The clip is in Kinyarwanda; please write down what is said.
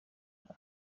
hari